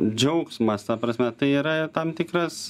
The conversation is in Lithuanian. džiaugsmas ta prasme tai yra tam tikras